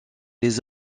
les